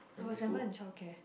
I was never in child care